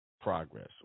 progress